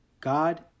God